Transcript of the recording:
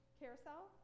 carousel